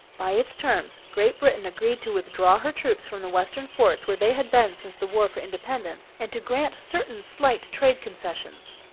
by its terms great britain agreed to withdraw her troops from the western forts where they had been since the war for independence and to grant certain slight trade concessions.